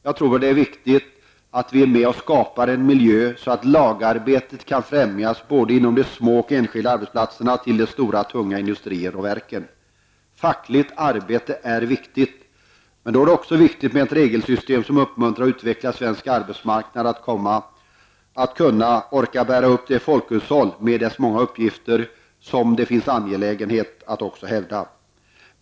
Jag tror att det är viktigt att vi är med och skapar en miljö som gör att lagarbetet kan främjas såväl inom de små enskilda arbetsplatserna som inom de stora, tunga industrierna och verken. Fackligt arbete är viktigt, men det är också viktigt med ett regelsystem som uppmuntrar och utvecklar svensk arbetsmarknad, så att denna orkar bära upp ett folkhushåll med dess många uppgifter som det är angeläget att hävda.